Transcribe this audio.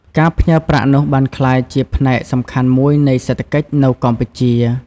ការផ្ញើប្រាក់នោះបានក្លាយជាផ្នែកសំខាន់មួយនៃសេដ្ឋកិច្ចនៅកម្ពុជា។